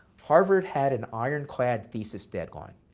harvard had an ironclad thesis deadline.